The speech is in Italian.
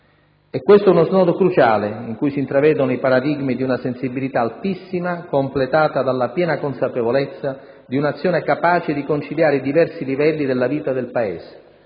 È questo uno snodo cruciale, in cui si intravedono i paradigmi di una sensibilità altissima, completata dalla piena consapevolezza di un'azione capace di conciliare i diversi livelli della vita del Paese,